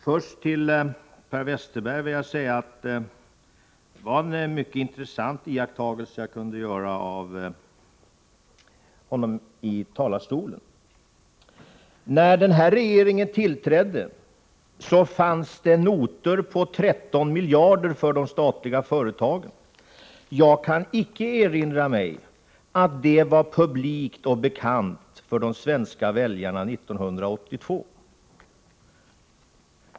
Herr talman! Det var mycket intressant att iaktta Per Westerberg i talarstolen. När denna regering tillträdde fanns det notor på 13 miljarder för de statliga företagen. Jag kan icke erinra mig att det var publikt och bekant för de svenska väljarna 1982.